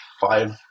five